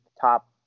top